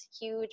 huge